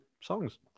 songs